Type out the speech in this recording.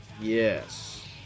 Yes